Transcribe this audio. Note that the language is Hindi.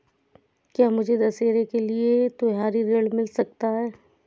क्या मुझे दशहरा के लिए त्योहारी ऋण मिल सकता है?